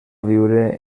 viure